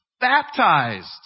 baptized